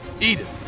Edith